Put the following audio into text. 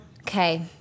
Okay